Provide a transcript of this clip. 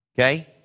Okay